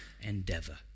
endeavor